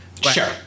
Sure